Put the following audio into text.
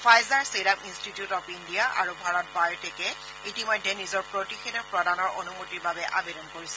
Pfizer serum institute of India আৰু ভাৰত বায়টেকে ইতিমেধ্য নিজৰ প্ৰতিষেধক প্ৰদানৰ অনুমতিৰ বাবে আৱেদন কৰিছে